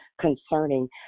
concerning